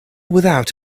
without